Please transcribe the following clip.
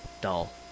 dull